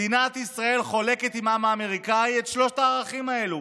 מדינת ישראל חולקת עם העם האמריקאי את שלושת הערכים האלו: